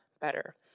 better